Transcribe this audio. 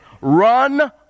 Run